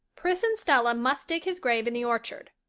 pris and stella must dig his grave in the orchard,